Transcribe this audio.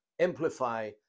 amplify